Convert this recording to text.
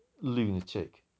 lunatic